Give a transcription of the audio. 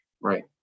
Right